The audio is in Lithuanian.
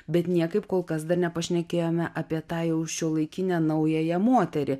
bet niekaip kol kas dar nepašnekėjome apie tą jau šiuolaikinę naująją moterį